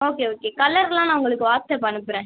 okay okay கலரெலாம் நான் உங்களுக்கு வாட்ஸ்அப் அனுப்புகிறேன்